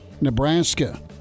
Nebraska